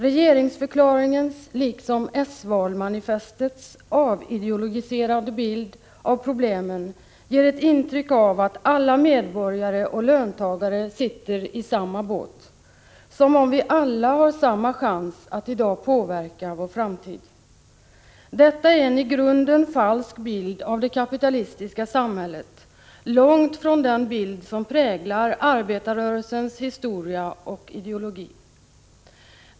Regeringsförklaringens, liksom s-valmanifestets, avideologiserade bild av problemen ger ett intryck av att alla medborgare och löntagare sitter i samma båt — som om vi alla har samma chans att i dag påverka vår framtid. Detta är eni grunden falsk bild av det kapitalistiska samhället, långt ifrån den bild som präglar arbetarrörelsens historia och ideologi.